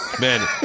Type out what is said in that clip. Man